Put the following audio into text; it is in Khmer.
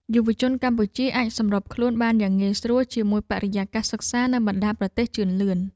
យុវជនកម្ពុជាអាចសម្របខ្លួនបានយ៉ាងងាយស្រួលជាមួយបរិយាកាសសិក្សានៅបណ្តាប្រទេសជឿនលឿន។